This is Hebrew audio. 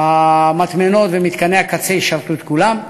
המטמנות ומתקני הקצה ישרתו את כולם.